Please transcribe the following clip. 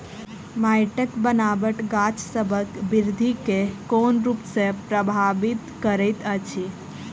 माइटक बनाबट गाछसबक बिरधि केँ कोन रूप सँ परभाबित करइत अछि?